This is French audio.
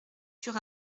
sur